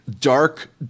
dark